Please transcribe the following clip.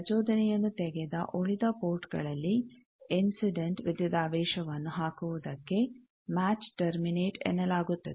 ಪ್ರಚೋದನೆಯನ್ನು ತೆಗೆದ ಉಳಿದ ಪೋರ್ಟ್ಗಳಲ್ಲಿ ಇನ್ಸಿಡೆಂಟ್ ವಿದ್ಯುದಾವೇಶವನ್ನು ಹಾಕುವುದಕ್ಕೆ ಮ್ಯಾಚ್ ಟರ್ಮಿನೇಟ್ ಎನ್ನಲಾಗುತ್ತದೆ